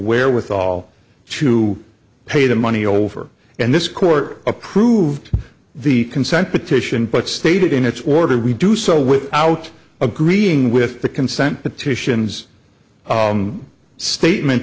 wherewithal to pay the money over and this court approved the consent petition but stated in its order we do so without agreeing with the consent petitions statement